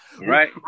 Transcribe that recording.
Right